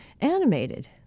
animated